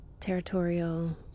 Territorial